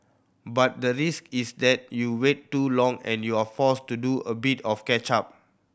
but the risk is there you wait too long and you're forced to do a bit of catch up